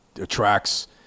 attracts